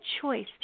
choice